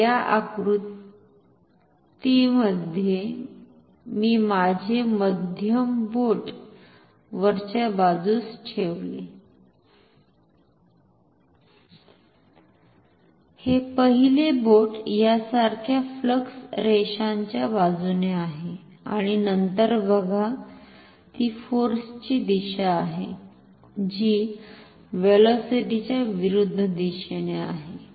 तर या आकृत्यामध्ये मी माझे मध्यम बोट वरच्या बाजूस ठेवले हे पहिले बोट यासारख्या फ्लक्स रेषांच्या बाजूने आहे आणि नंतर बघा ती फोर्सची दिशा आहे जी व्हेलॉसीटीच्या विरुद्ध दिशेने आहे